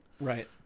right